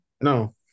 No